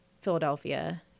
Philadelphia—